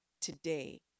today